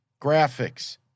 graphics